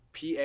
PA